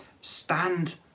Stand